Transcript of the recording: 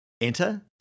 Enter